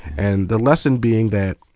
and the lesson being that